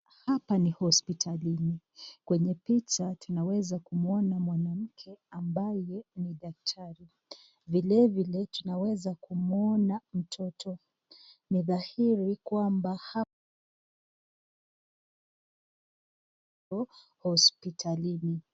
Hapa ni hosipitalini. Kwenye picha tunaweza kumuona mwanamke ambaye ni daktari. Vile vile tunaweza kumuoana mtoto. Ni dhahiri kwamba, hapo ni hosipitalini